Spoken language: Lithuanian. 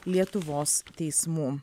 lietuvos teismų